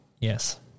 Yes